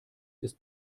ist